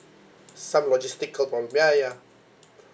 some logistical bom~ ya ya